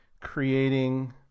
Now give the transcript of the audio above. creating